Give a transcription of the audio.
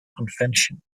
convention